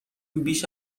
بیش